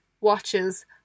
watches